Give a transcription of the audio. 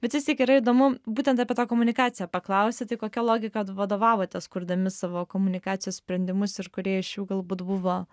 bet vis tik yra įdomu būtent apie tą komunikaciją paklausti tai kokia logika vadovavotės kurdami savo komunikacijos sprendimus ir kurie iš jų galbūt buvo